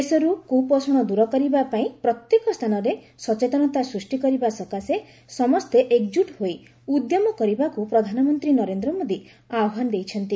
ଦେଶରୁ କୁପୋଷଣ ଦୂର କରିବା ପାଇଁ ପ୍ରତ୍ୟେକ ସ୍ଥାନରେ ସଚେତନତା ସୃଷ୍ଟି କରିବା ସକାଶେ ସମସ୍ତେ ଏକଜୁଟ୍ ହୋଇ ଉଦ୍ୟମ କରିବାକୁ ପ୍ରଧାନମନ୍ତ୍ରୀ ନରେନ୍ଦ୍ର ମୋଦୀ ଆହ୍ୱାନ ଦେଇଛନ୍ତି